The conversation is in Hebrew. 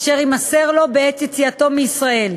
אשר יימסר לו בעת יציאתו מישראל.